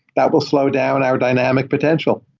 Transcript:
that will slow down our dynamic potential.